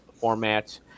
formats